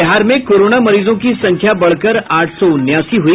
बिहार में कोरोना मरीजों की संख्या बढ़कर आठ सौ उनासी हुई